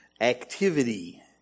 activity